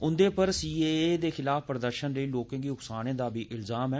उंदे पर सीएए दे खलाफ प्रदर्शन लेई लोकें गी उकसाने दा बी इल्जाम ऐ